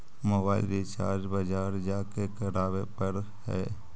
मोबाइलवा रिचार्ज बजार जा के करावे पर है?